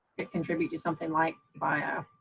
contribute to something like mei